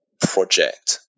project